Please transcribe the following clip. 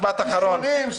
משפט אחרון.